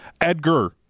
Edgar